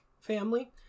family